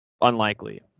unlikely